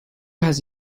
has